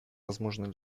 возможны